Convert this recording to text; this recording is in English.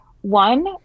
One